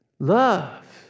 Love